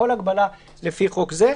כל הגבלה לפי חוק זה,